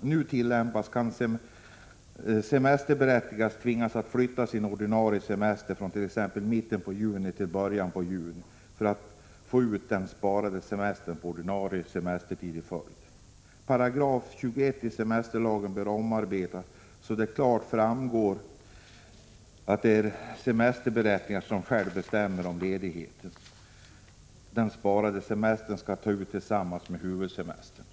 nu tillämpas kan den semesterberättigade tvingas att flytta sin ordinarie semester från t.ex. mitten av juli till början av juni för att få ut den sparade semestern och den ordinarie semestern i en följd. 21 § semesterlagen bör omarbetas, så att det klart framgår att det är den semesterberättigade själv som bestämmer om ledigheten — den sparade semestern — skall tas ut tillsammans med huvudsemestern.